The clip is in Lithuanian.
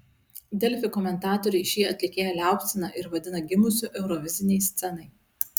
delfi komentatoriai šį atlikėją liaupsina ir vadina gimusiu eurovizinei scenai